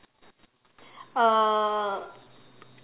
uh